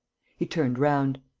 he turned round.